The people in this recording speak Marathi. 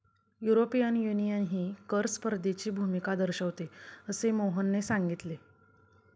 युरोपियन युनियनही कर स्पर्धेची भूमिका दर्शविते, असे मोहनने सांगितले